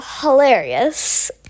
hilarious